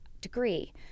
degree